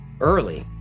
early